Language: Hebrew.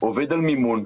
עובד על מימון,